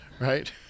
right